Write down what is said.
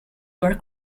were